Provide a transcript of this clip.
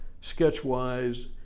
sketch-wise